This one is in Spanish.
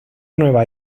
nueva